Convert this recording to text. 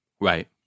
right